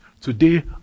Today